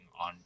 on